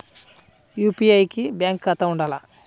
UPI కి bank ఖాతా ఉండాల?